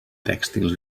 tèxtils